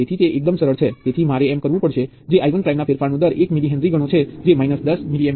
તેથીVxએ V1 V2 ની બરાબર હોવું જોઈએ